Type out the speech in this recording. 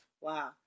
Wow